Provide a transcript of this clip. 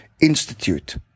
institute